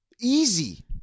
easy